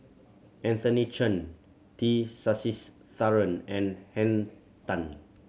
Anthony Chen T Sasitharan and Henn Tan